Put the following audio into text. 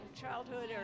childhood